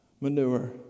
manure